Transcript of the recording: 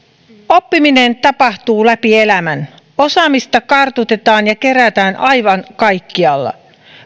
oppimista tapahtuu läpi elämän osaamista kartutetaan ja kerätään aivan kaikkialla